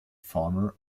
farmer